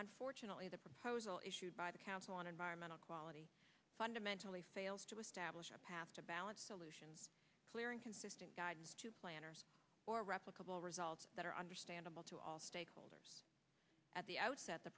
unfortunately the proposal issued by the council on environmental quality fundamentally fails to establish a path to balance solution clear and consistent guide to planners or replicable results that are understandable to all stakeholders at the outset the